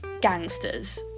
gangsters